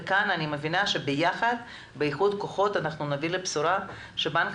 וכאן אני מבינה שבאיחוד כוחות נביא לבשורה שבנק